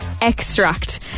extract